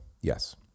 Yes